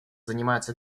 занимаются